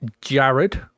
Jared